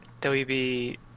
WB